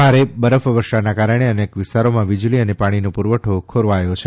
ભારે બરફ વર્ષાના કારણે અનેક વિસ્તારોમાં વીજળી અને પાણીનો પૂરવઠો કોરવાયો છે